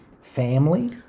family